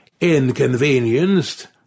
inconvenienced